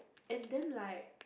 and then like